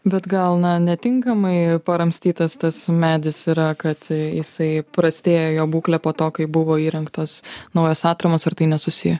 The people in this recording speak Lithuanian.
bet gal na netinkamai paramstytas tas medis yra kad jisai prastėja jo būklė po to kai buvo įrengtos naujos atramos ar tai nesusiję